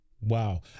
Wow